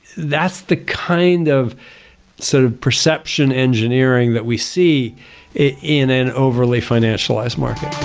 that's the kind of sort of perception engineering that we see in an overly financialized market.